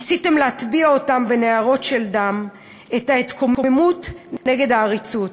ניסיתם להטביע" בנהרות של דם "את ההתקוממות נגד העריצות.